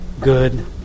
good